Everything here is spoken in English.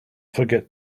forget